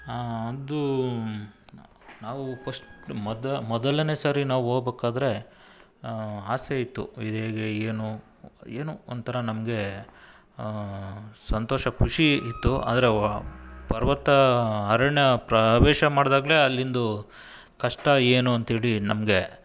ಹಾಂ ಅಂದು ನಾವು ಫಶ್ಟ್ ಮೊದ ಮೊದಲನೇ ಸರಿ ನಾವು ಹೋಗ್ಬೇಕಾದ್ರೆ ಆಸೆ ಇತ್ತು ಇದೇಗೆ ಏನು ಏನೋ ಒಂಥರ ನಮಗೆ ಸಂತೋಷ ಖುಷಿ ಇತ್ತು ಆದರೆ ಪರ್ವತ ಅರಣ್ಯ ಪ್ರವೇಶ ಮಾಡಿದಾಗ್ಲೇ ಅಲ್ಲಿಂದ ಕಷ್ಟ ಏನು ಅಂಥೇಳಿ ನಮಗೆ